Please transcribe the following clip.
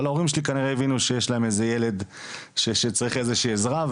אבל ההורים שלי הבינו שכנראה יש להם ילד שצריך איזו שהיא עזרה,